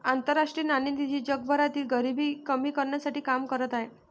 आंतरराष्ट्रीय नाणेनिधी जगभरातील गरिबी कमी करण्यासाठी काम करत आहे